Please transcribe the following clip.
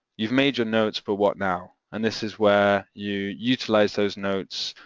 you've made your notes but what now? and this is where you utilise those notes,